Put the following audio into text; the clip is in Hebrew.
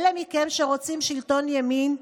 אלה מכם שרוצים שלטון ימין,